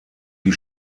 die